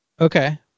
okay